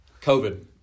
COVID